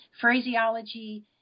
phraseology